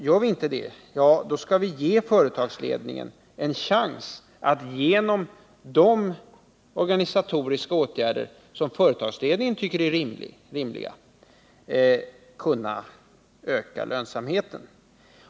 Gör vi inte det, skall vi ge företagsledningen en chans att genom de organisatoriska åtgärder som den tycker är rimliga öka lönsamheten.